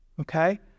Okay